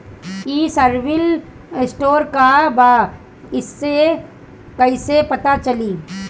ई civil score का बा कइसे पता चली?